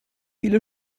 viele